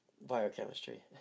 Biochemistry